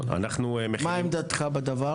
לחלק מהם,